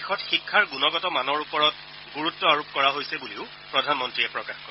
দেশত শিক্ষাৰ গুণগত মানৰ ওপৰত সম্প্ৰতি গুৰুত্ব প্ৰদান কৰা হৈছে বুলিও প্ৰধানমন্ত্ৰীয়ে প্ৰকাশ কৰে